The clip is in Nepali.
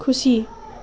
खुसी